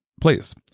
please